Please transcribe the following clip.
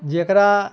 जेकरा